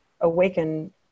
awaken